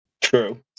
True